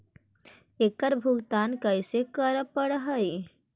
एकड़ भुगतान कैसे करे पड़हई?